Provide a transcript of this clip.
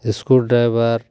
screw driver